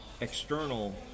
external